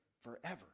Forever